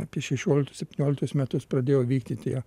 apie šešioliktus septynioliktus metus pradėjo vykti tie